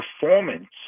performance